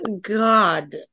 god